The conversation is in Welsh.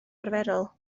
arferol